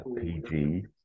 PG